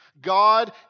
God